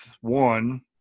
one